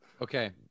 okay